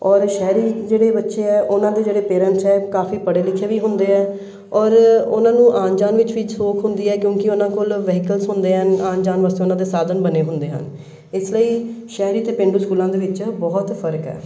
ਔਰ ਸ਼ਹਿਰੀ ਜਿਹੜੇ ਬੱਚੇ ਹੈ ਉਹਨਾਂ ਦੇ ਜਿਹੜੇ ਪੇਰੈਂਟਸ ਹੈ ਕਾਫੀ ਪੜੇ ਲਿਖੇ ਵੀ ਹੁੰਦੇ ਹੈ ਔਰ ਉਹਨਾਂ ਨੂੰ ਆਉਣ ਜਾਣ ਵਿੱਚ ਵੀ ਸੋਖ ਹੁੰਦੀ ਹੈ ਕਿਉਂਕਿ ਉਹਨਾਂ ਕੋਲ ਵਹੀਕਲ ਹੁੰਦੇ ਆਉਣ ਜਾਣ ਵਾਸਤੇ ਉਹਨਾਂ ਦੇ ਸਾਧਨ ਬਣੇ ਹੁੰਦੇ ਹਨ ਇਸ ਲਈ ਸ਼ਹਿਰੀ ਅਤੇ ਪੇਂਡੂ ਸਕੂਲਾਂ ਦੇ ਵਿੱਚ ਬਹੁਤ ਫ਼ਰਕ ਹੈ